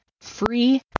free